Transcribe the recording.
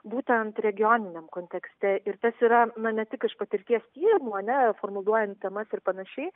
būtent regioniniam kontekste ir tas yra na tik iš patirties tyrimų ar ne formuluojant temas ir panašiai